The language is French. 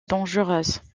dangereuse